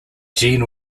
jean